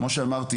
כמו שאמרתי,